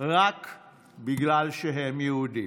רק בגלל שהם יהודים.